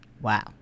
Wow